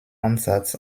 ansatz